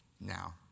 Now